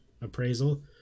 appraisal